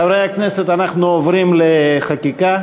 חברי הכנסת, אנחנו עוברים לחקיקה.